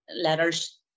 letters